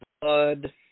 blood